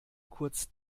kurz